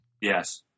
Yes